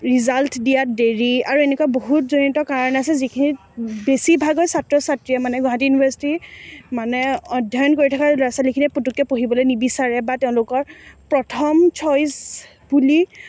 result দিয়াত দেৰি আৰু এনেকুৱা বহুতজনিত কাৰণ আছে যিখিনিত বেছিভাগ ছাত্ৰ ছাত্ৰীয়ে মানে গুৱাহাটী ইউনিভাৰ্ছিটিৰ মানে অধ্যয়ন কৰি থকা ল'ৰা ছোৱালীখিনিয়ে পটককৈ পঢ়িবলৈ নিবিচাৰে বা তেওঁলোকৰ প্ৰথম চইচ বুলি